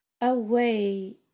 away